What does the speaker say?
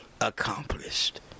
accomplished